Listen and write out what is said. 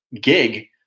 gig